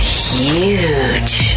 huge